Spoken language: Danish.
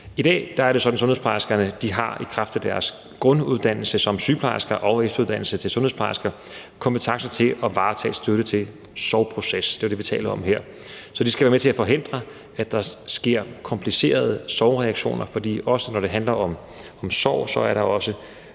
I dag er det sådan, at sundhedsplejerskerne i kraft af deres grunduddannelse som sygeplejersker og efteruddannelse til sundhedsplejersker har kompetencer til at varetage støtte til sorgproces; det er det, vi taler om her. Så de skal være med til at forhindre, at der sker komplicerede sorgreaktioner, for når det handler om sorg, er der også